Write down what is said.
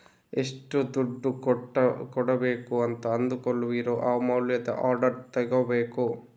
ಎಷ್ಟು ದುಡ್ಡು ಕೊಡ್ಬೇಕು ಅಂತ ಅಂದುಕೊಳ್ಳುವಿರೋ ಆ ಮೌಲ್ಯದ ಆರ್ಡರ್ ತಗೋಬೇಕು